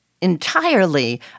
entirely